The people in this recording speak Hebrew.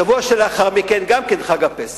שבוע שלאחר מכן, גם כן חג הפסח.